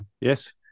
Yes